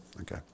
Okay